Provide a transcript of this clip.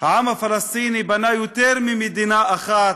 העם הפלסטיני בנה יותר ממדינה אחת: